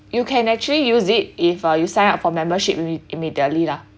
you can actually use it if uh you sign up for membership imme~ immediately lah